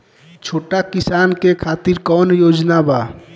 छोटा किसान के खातिर कवन योजना बा?